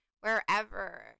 wherever